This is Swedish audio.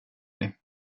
dig